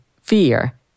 fear